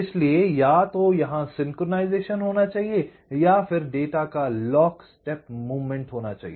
इसलिए या तो यहां सिंक्रोनाइजेशन होना चाहिए या फिर डाटा का लॉक स्टेप मूवमेंट होना चाहिए